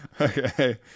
Okay